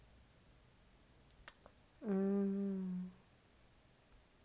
mm